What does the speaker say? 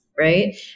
Right